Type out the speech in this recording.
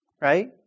Right